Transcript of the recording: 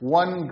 one